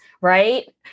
right